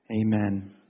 amen